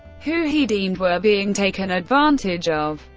who he deemed were being taken advantage of.